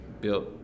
built